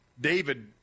David